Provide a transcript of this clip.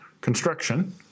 Construction